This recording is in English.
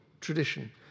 tradition